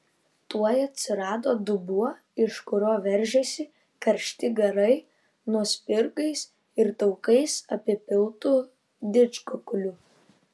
tuoj atsirado dubuo iš kurio veržėsi karšti garai nuo spirgais ir taukais apipiltų didžkukulių